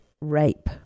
rape